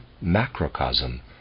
macrocosm